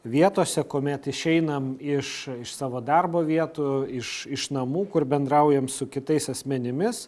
vietose kuomet išeinam iš iš savo darbo vietų iš iš namų kur bendraujam su kitais asmenimis